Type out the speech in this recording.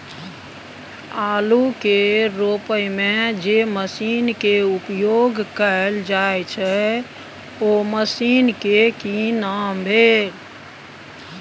आलू के रोपय में जे मसीन के उपयोग कैल जाय छै उ मसीन के की नाम भेल?